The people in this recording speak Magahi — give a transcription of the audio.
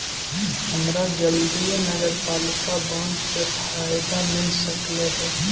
हमरा जल्दीए नगरपालिका बॉन्ड के फयदा मिल सकलई हे